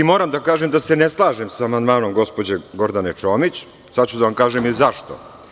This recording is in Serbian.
Moram da kažem da se ne slažem sa amandmanom gospođe Gordane Čomić, sada ću da vam kažem i zašto.